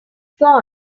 gone